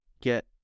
get